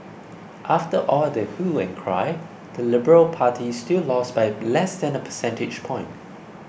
after all the hue and cry the liberal party still lost by less than a percentage point